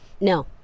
No